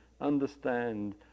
understand